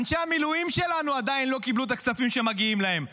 אנשי המילואים שלנו עדיין לא קיבלו את הכספים שמגיעים להם.